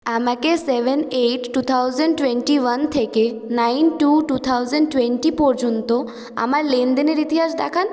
আমাকে seven eight two thousand twenty one থেকে nine two two thousand twenty পর্যন্ত আমার লেনদেনের ইতিহাস দেখান